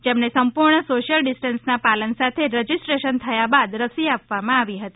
જેમને સંપૂર્ણ સોસિયલ ડીસટનસના પાલન સાથે રજીસ્ટ્રેશન થયા બાદ રસી આપવામાં આવી હતી